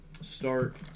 start